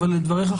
אבל לדבריך,